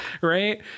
Right